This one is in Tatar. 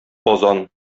казан